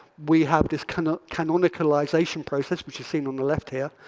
we have this kind of canonicalization process, which you see on the left here.